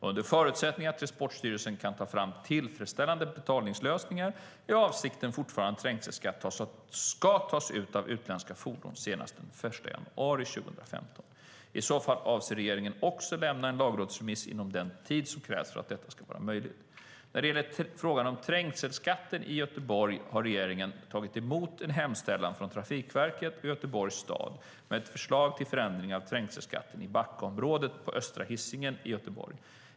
Under förutsättning att Transportstyrelsen kan ta fram tillfredsställande betalningslösningar är avsikten fortfarande att trängselskatt ska tas ut av utländska fordon senast den 1 januari 2015. I så fall avser regeringen också att lämna en lagrådsremiss inom den tid som krävs för att detta ska vara möjligt. När det gäller frågan om trängselskatten i Göteborg har regeringen tagit emot en hemställan från Trafikverket och Göteborgs stad med ett förslag till förändring av trängselskatten i Backaområdet på Östra Hisingen i Göteborg.